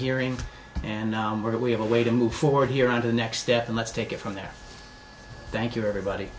hearing and now that we have a way to move forward here on the next step and let's take it from there thank you everybody